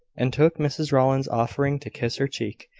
and took mrs rowland's, offering to kiss her cheek.